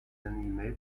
animée